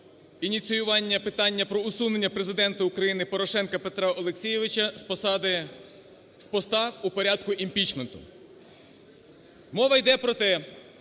ініціювання питання про усунення Президента України Порошенка Петра Олексійовича з посади, з поста у порядку імпічменту. Мова йде про